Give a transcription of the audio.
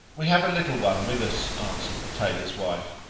we have a little one with us, answered the tailor's wife,